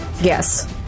Yes